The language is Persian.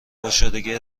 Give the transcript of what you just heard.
پرشدگی